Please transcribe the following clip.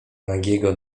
nagiego